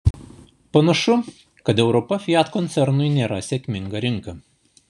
panašu kad europa fiat koncernui nėra sėkminga rinka